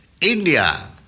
India